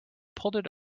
pulled